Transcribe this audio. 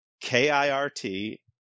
K-I-R-T